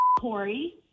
Corey